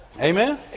Amen